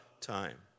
time